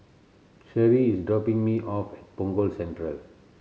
Sheri is dropping me off at Punggol Central